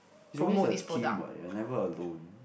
is always a team what you are never alone